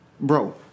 Bro